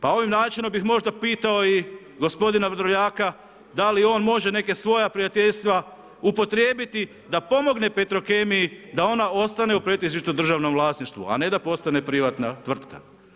Pa ovim načinom bih možda pitao i gospodina Vrdoljaka, da li on može neka svoja prijateljstva upotrijebiti da pomogne Petrokemiji da ona ostane u pretežitom državnom vlasništvu, a ne da postane privatna tvrtka.